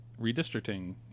redistricting